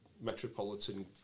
metropolitan